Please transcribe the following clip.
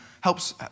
helps